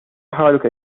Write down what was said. حالك